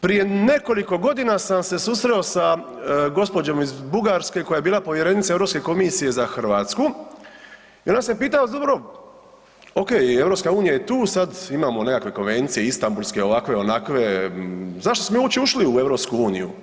Prije nekoliko godina sam se susreo sa gospođom iz Bugarske koja je bila povjerenica Europske komisije za Hrvatsku i onda sam je pitao dobro, ok, EU je tu sad imamo nekakve konvencije Istambulske ovakve onakve, zašto smo uopće ušli u EU?